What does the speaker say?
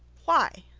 why?